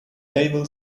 naval